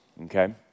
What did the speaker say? okay